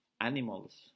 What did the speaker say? animals